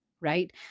Right